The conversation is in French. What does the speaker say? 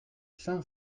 cinq